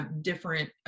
different